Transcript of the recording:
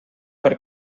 per